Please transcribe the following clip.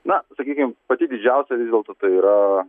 na sakykim pati didžiausia vis dėlto tai yra